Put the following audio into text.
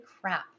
crap